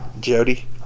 Jody